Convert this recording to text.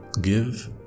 Give